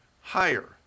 higher